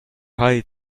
hide